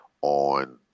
on